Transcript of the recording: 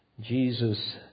Jesus